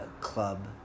Club